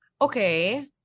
Okay